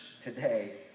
today